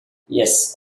yes